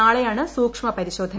നാളെയാണ് സൂക്ഷ്മ പരിശോധന